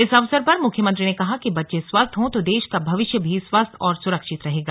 इस अवसर पर मुख्यमंत्री ने कहा कि बच्चे स्वस्थ हो तो देश का भविष्य भी स्वस्थ और सुरक्षित रहेगा